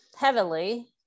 heavily